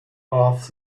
half